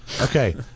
Okay